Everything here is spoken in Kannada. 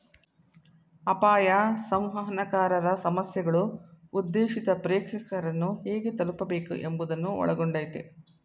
ಅಪಾಯ ಸಂವಹನಕಾರರ ಸಮಸ್ಯೆಗಳು ಉದ್ದೇಶಿತ ಪ್ರೇಕ್ಷಕರನ್ನು ಹೇಗೆ ತಲುಪಬೇಕು ಎಂಬುವುದನ್ನು ಒಳಗೊಂಡಯ್ತೆ